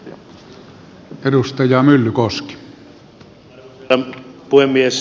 arvoisa herra puhemies